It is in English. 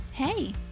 Hey